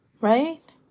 right